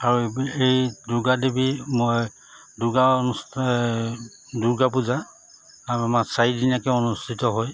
আৰু এই এই দুৰ্গা দেৱী মই দুৰ্গা অনুষ্ঠ দুৰ্গা পূজা আমাৰ চাৰিদিনীয়াকৈ অনুষ্ঠিত হয়